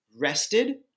rested